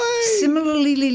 Similarly